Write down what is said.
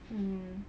mm